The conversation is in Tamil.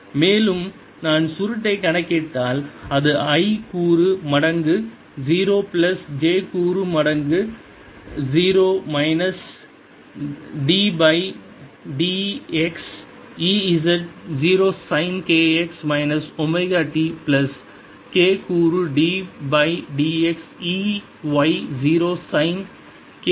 மேலும் நான் சுருட்டைக் கணக்கிட்டால் அது i கூறு மடங்கு 0 பிளஸ் j கூறு மடங்கு 0 minus d by dx Ez 0 sine kx minus omega t plus k கூறு d by dx E y 0 sine kx minus omega t minus 0